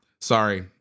Sorry